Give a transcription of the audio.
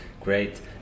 Great